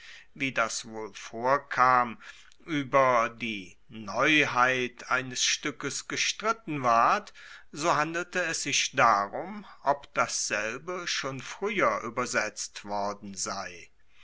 wie das wohl vorkam ueber die neuheit eines stueckes gestritten ward so handelte es sich darum ob dasselbe schon frueher uebersetzt worden sei